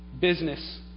Business